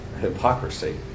hypocrisy